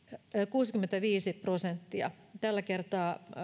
kuusikymmentäviisi prosenttia tällä kertaa